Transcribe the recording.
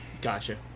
Gotcha